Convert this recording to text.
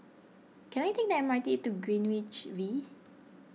can I take the M R T to Greenwich V